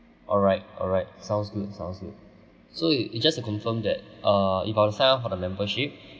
alright alright sounds good sounds good so you it just to confirm that uh if I were to sign up for the membership